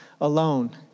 alone